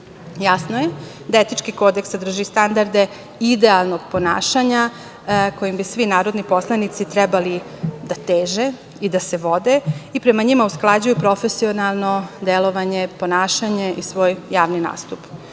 je da etički kodeks sadrži standarde idealnog ponašanja kojim bi svi narodni poslanici trebali da teže i da se vode i prema njima usklađuju profesionalno delovanje, ponašanje i svoj javni nastup.